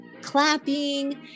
clapping